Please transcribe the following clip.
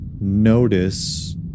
notice